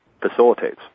facilitates